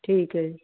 ਠੀਕ ਹੈ ਜੀ